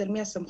אצל מי הסמכות,